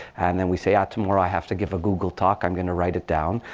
and then we say, ah, tomorrow, i have to give a google talk. i'm going to write it down.